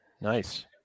Nice